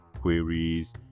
queries